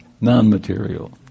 Non-material